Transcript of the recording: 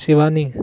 Shivani